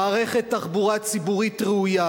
מערכת תחבורה ציבורית ראויה,